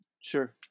sure